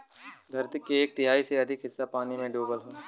धरती के एक तिहाई से अधिक हिस्सा पानी में डूबल हौ